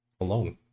alone